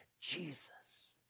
Jesus